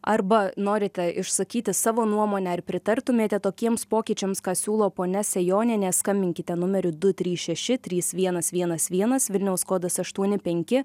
arba norite išsakyti savo nuomonę ar pritartumėte tokiems pokyčiams ką siūlo ponia sejonienė skambinkite numeriu du trys šeši trys vienas vienas vienas vilniaus kodas aštuoni penki